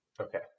Okay